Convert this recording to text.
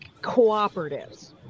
cooperatives